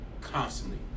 constantly